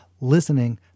Listening